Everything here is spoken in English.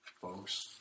folks